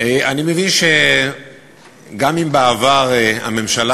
אני מבין שגם אם בעבר הממשלה,